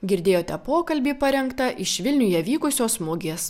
girdėjote pokalbį parengtą iš vilniuje vykusios mugės